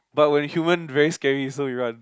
but when human very scary also you want